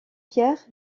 pierre